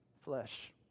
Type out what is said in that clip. flesh